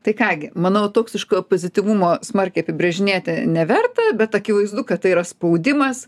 tai ką gi manau toksiškojo pozityvumo smarkiai apibrėžinėti neverta bet akivaizdu kad tai yra spaudimas